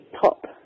top